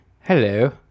Hello